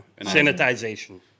Sanitization